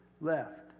left